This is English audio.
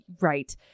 right